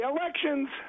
elections